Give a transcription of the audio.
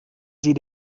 sie